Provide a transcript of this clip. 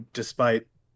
despite-